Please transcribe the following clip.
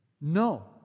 No